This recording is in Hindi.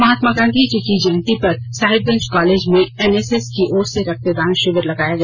महात्मा गांधी की जयंती पर साहिबगंज कॉलेज में एनएसएस की ओर से रक्तदान शिविर लगाया गया